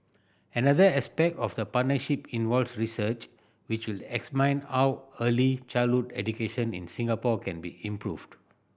another aspect of the partnership involves research which will how early childhood education in Singapore can be improved